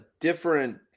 different